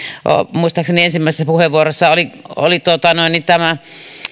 muistaakseni ensimmäisessä puheenvuorossa oli tämä